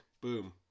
Boom